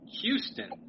Houston